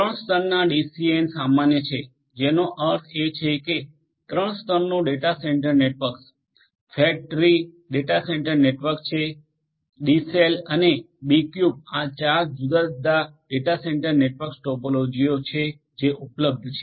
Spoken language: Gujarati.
ત્રણ સ્તરના ડીસીએન સામાન્ય છે જેનો અર્થ છે કે ત્રણ સ્તરનો data centre network fat tree data centre network છે ડીસેલ અને બીક્યુબ આ ચાર જુદા જુદા ડેટા સેન્ટર નેટવર્ક ટોપોલોજીઓ છે જે ઉપલબ્ધ છે